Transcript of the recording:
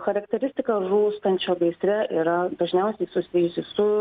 charakteristika žūstančio gaisre yra dažniausiai susijusi su